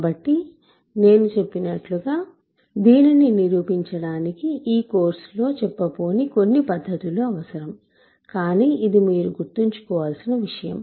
కాబట్టి నేను చెప్పినట్లుగా దీనిని నిరూపించడానికి ఈ కోర్సులో చెప్పబోని కొన్ని పద్ధతులు అవసరం కానీ ఇది మీరు గుర్తుంచుకోవాల్సిన విషయం